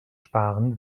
sparen